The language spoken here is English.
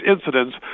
incidents